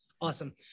Awesome